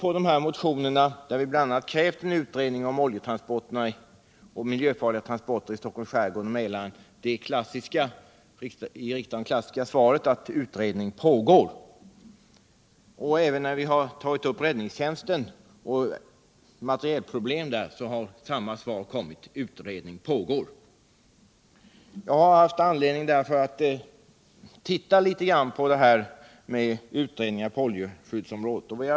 På dessa motioner, där vi bl.a. krävt en utredning om oljetransporter och miljöfarliga transporter i Stockholms skärgård och i Mälaren, har vi fått det i riksdagen klassiska svaret att utredning pågår. Även när vi tagit upp räddningstjänsten och dess materielproblem har vi fått samma svar: Utredning pågår. Jag har därför haft anledning att titta litet på de utredningar på oljeskyddsområdet som finns.